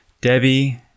Debbie